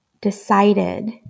decided